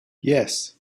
yes